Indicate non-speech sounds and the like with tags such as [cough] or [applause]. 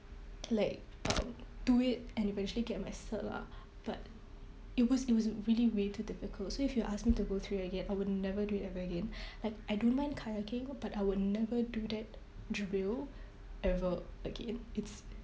like um do it and eventually get my cert lah but it was it was really way too difficult so if you ask me to go through it again I will never do it ever again [breath] like I don't mind kayaking but I would never do that drill ever again it's